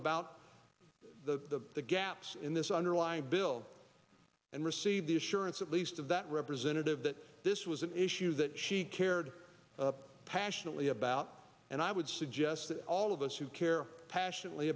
about the the gaps in this underlying bill and receive the assurance at least of that representative that this was an issue that she cared passionately about and i would suggest that all of us who care passionately